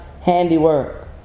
handiwork